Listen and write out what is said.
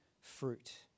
fruit